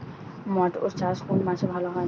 মটর চাষ কোন মাসে ভালো হয়?